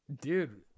dude